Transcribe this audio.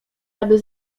aby